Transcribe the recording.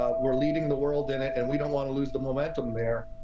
ah we're loading the world in it and we don't want to lose the momentum there.